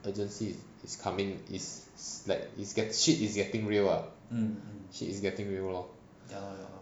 urgency is coming is like is get shit is getting real ah shit is getting real lor